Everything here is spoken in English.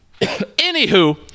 Anywho